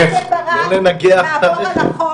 לא לנגח את הרכב.